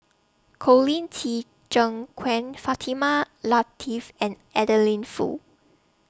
Colin Qi Zhe Quan Fatimah Lateef and Adeline Foo